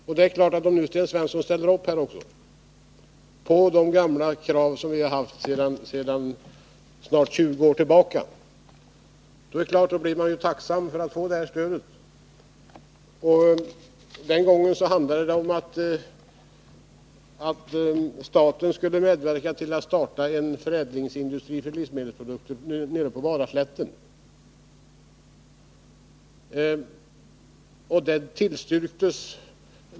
Om Sten Svensson nu ställer upp på de gamla krav som vi haft i snart 20 år, blir man naturligtvis tacksam för att få det stödet. Den gången handlade det om att staten skulle medverka till att starta en förädlingsindustri för livsmedelsprodukter på Varaslätten.